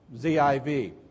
Z-I-V